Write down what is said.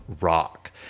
Rock